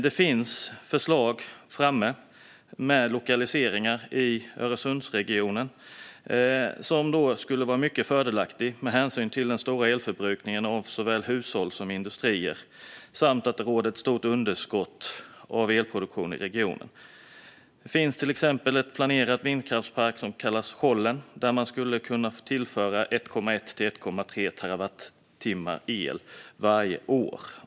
Det finns förslag om lokaliseringar i Öresundsregionen som skulle vara mycket fördelaktiga med hänsyn till den stora elförbrukningen av såväl hushåll som industrier samt att det råder ett stort underskott på elproduktion i regionen. Det finns till exempel en planerad vindkraftspark som kallas Sjollen och som skulle kunna tillföra 1,1-1,3 terawattimmar el varje år.